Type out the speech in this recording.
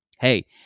Hey